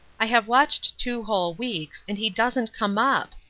i have watched two whole weeks, and he doesn't come up!